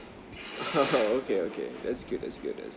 !oho! okay okay that's good that's good that's good